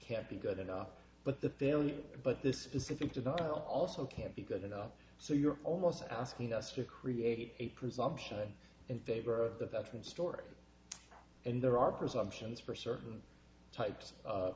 can't be good enough but the failure but the specific to that also can't be good enough so you're almost asking us to create a presumption in favor of that from story and there are presumptions for certain types of